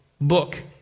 book